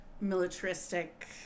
militaristic